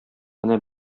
менә